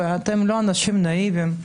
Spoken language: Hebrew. אתם לא אנשים נאיביים.